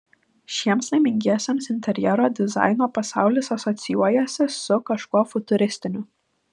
šiems laimingiesiems interjero dizaino pasaulis asocijuojasi su kažkuo futuristiniu